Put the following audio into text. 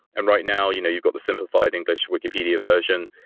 and right now, you know you've got the simplified english wikipedia version.